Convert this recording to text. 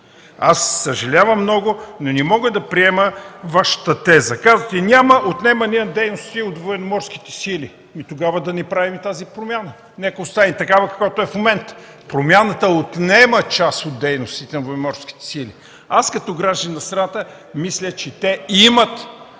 съжалявам много, но не мога да приема Вашата теза. Казвате: „Няма отнемане на дейности от Военноморските сили”. Ами тогава да не правим тази промяна. Нека си остане така, както е в момента. Промяната отнема част от дейностите на Военноморските сили. Аз като гражданин на страната мисля, че те имат